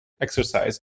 exercise